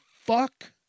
fuck